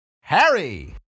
Harry